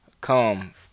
come